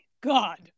God